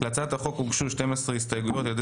להצעת החוק הוגשו 12 הסתייגויות על-ידי